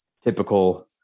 typical